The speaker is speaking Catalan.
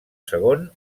segon